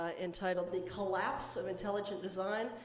ah entitled the collapse of intelligent design,